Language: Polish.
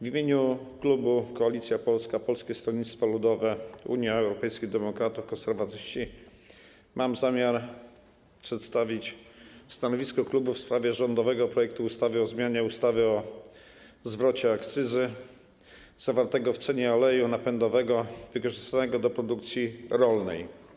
W imieniu klubu Koalicja Polska - Polskie Stronnictwo Ludowe, Unia Europejskich Demokratów, Konserwatyści mam zamiar przedstawić stanowisko klubu w sprawie rządowego projektu ustawy o zmianie ustawy o zwrocie podatku akcyzowego zawartego w cenie oleju napędowego wykorzystywanego do produkcji rolnej.